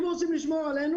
אם רוצים לשמור עלינו,